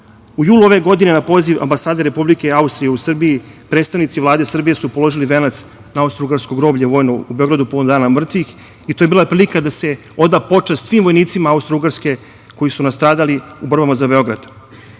julu ove godine na poziv Ambasade Republike Austrije, u Srbiji, predstavnici Vlade Srbije su položili venac na austrougarsko groblje vojno povodom dana mrtvih i to je bila prilika da se oda počast svim vojnicima Austrougarske koji su nastradali u borbama za Beograd. Na